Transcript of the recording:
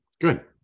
good